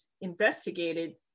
investigated